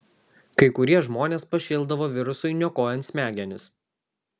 kai kurie žmonės pašėldavo virusui niokojant smegenis